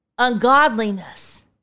ungodliness